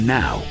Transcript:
now